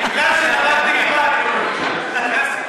בגלל שלמדתי ליבה אני לא מבין.